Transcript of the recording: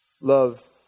Love